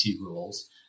rules